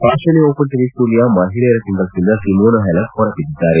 Australia Open tennis ಟೂರ್ನಿಯ ಮಹಿಳೆಯರ ಸಿಂಗಲ್ಡ್ನಿಂದ ಸಿಮೋನಾ ಹ್ಯಾಲೆಪ್ ಹೊರ ಬಿದ್ದಿದ್ದಾರೆ